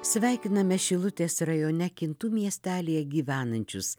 sveikiname šilutės rajone kintų miestelyje gyvenančius